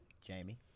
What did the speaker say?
Jamie